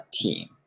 team